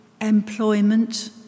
employment